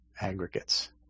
aggregates